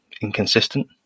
inconsistent